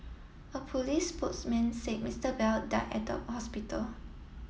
a police spokesman said Mister Bell died at the hospital